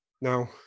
Now